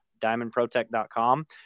diamondprotect.com